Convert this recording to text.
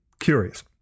Curious